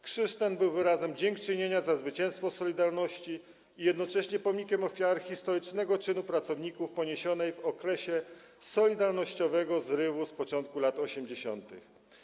Krzyż ten był wyrazem dziękczynienia za zwycięstwo „Solidarności” i jednocześnie pomnikiem historycznego czynu pracowników, pomnikiem ofiar okresu solidarnościowego zrywu z początku lat 80.